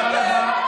תודה רבה.